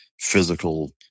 physical